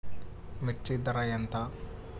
మిర్చి ధర ఎంత?